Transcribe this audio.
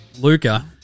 Luca